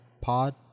Pod